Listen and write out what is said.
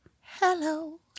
hello